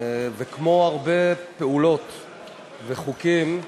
וכמו הרבה פעולות וחוקים,